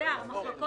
עודד פורר?